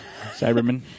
Cyberman